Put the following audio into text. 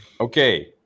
okay